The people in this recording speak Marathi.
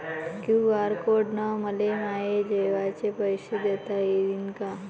क्यू.आर कोड न मले माये जेवाचे पैसे देता येईन का?